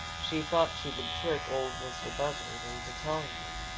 she thought she would trick ol' mistah buzzard into telling her.